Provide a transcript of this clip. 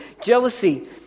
Jealousy